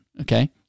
okay